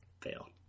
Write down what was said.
Fail